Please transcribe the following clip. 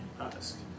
ask